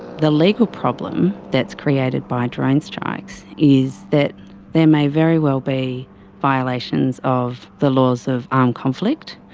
the legal problem that's created by drone strikes is that there may very well be violations of the laws of armed conflict,